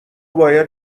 باید